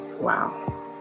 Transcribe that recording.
wow